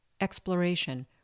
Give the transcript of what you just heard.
exploration